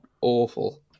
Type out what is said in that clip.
awful